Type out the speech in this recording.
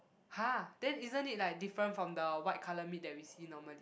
!huh! then isn't it like different from the white colour meat that we see normally